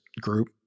group